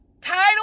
title